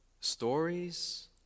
stories